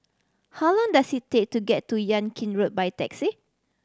how long does it take to get to Yan Kit Road by taxi